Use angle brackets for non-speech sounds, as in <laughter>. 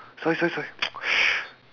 sorry sorry sorry <noise>